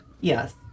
Yes